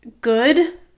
good